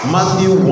Matthew